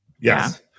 Yes